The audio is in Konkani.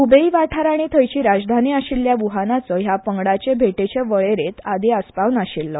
ह्बेई वाठाल आनी थंयची राजधानी आशिल्ल्या वुहानाचो ह्या पंगडाचे भेटेचे वळेरेंत आदीं आस्पाव नाशिल्लो